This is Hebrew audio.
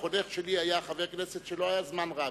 החונך שלי היה חבר כנסת שלא היה זמן רב,